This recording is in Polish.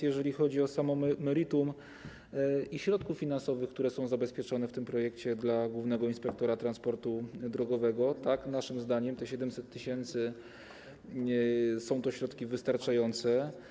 Jeżeli chodzi o meritum, środki finansowe, które są zabezpieczone w tym projekcie dla głównego inspektora transportu drogowego, to naszym zdaniem 700 tys. są to środki wystarczające.